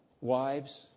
wives